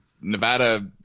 Nevada